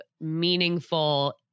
meaningful